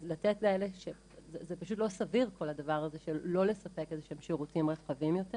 אז זה פשוט לא סביר כל הדבר הזה של לא לספק שירותים רחבים יותר,